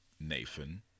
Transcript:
Nathan